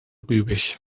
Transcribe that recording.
rübig